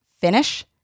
finish